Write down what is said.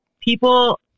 people